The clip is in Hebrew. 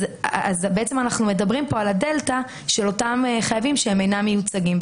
בעצם אנחנו מדברים על הדלתא של אותם חייבים שהם אינם מיוצגים.